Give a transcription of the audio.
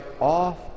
off